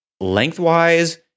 lengthwise